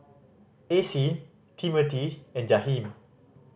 Acie Timothy and Jaheem